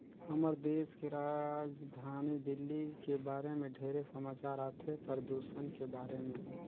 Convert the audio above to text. हमर देश के राजधानी दिल्ली के बारे मे ढेरे समाचार आथे, परदूषन के बारे में